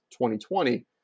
2020